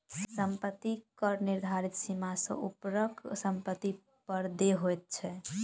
सम्पत्ति कर निर्धारित सीमा सॅ ऊपरक सम्पत्ति पर देय होइत छै